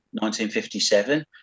1957